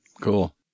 Cool